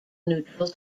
neutral